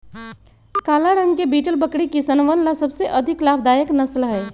काला रंग के बीटल बकरी किसनवन ला सबसे अधिक लाभदायक नस्ल हई